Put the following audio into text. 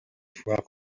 foire